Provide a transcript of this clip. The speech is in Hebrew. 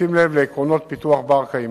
בשים לב לעקרונות פיתוח בר-קיימא,